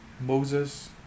Moses